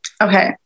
Okay